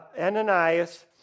Ananias